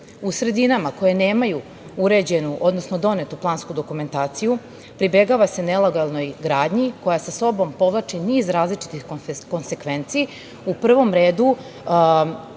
U sredinama koje nemaju donetu plansku dokumentaciju pribegava se nelegalnoj gradnji koja sa sobom povlači niz različitih konsekvenci, u prvom redu